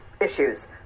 issues